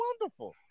wonderful